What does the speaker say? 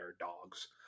dogs